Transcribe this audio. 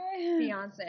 Beyonce